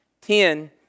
Ten